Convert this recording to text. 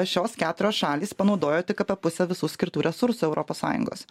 šios keturios šalys panaudojo tik apie pusę visų skirtų resursų europos sąjungos